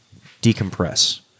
decompress